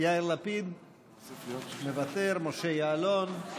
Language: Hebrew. יאיר לפיד, מוותר, משה יעלון,